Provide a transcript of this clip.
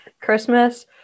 Christmas